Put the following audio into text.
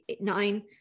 nine